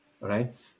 right